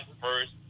first